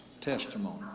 testimony